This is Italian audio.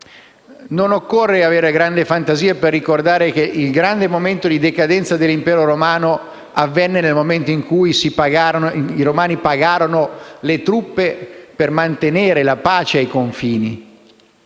Non occorre avere grande fantasia per ricordare che il grande momento di decadenza dell'Impero romano avvenne nel momento in cui i romani pagarono le truppe per mantenere la pace ai confini.